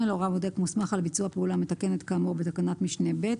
הורה בודק מוסמך על ביצוע פעולה מתקנת כאמור בתקנת משנה (ב)